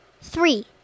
Three